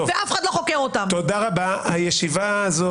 אם ממשלת ישראל תעשה עבודה בעניין הזה,